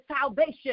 salvation